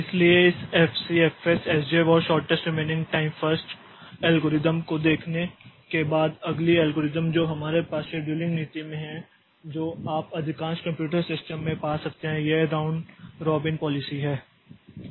इसलिए इस FCFS SJF और shortest remaining time first algorithm को देखने के बाद अगली एल्गोरिथ्म जो हमारे पास शेड्यूलिंग नीति में है जो आप अधिकांश कंप्यूटर सिस्टम में पा सकते हैं यह राउंड रॉबिन पॉलिसी है